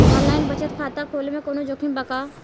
Online बचत खाता खोले में कवनो जोखिम बा का?